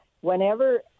whenever